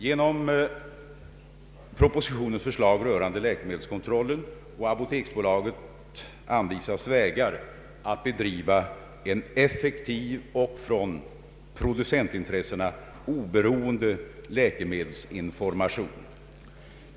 Genom propositionens förslag rörande läkemedelskontrollen och apoteksbolaget anvisas vägar att bedriva en effektiv och av producentintressena oberoende läkemedelsinformation.